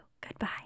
goodbye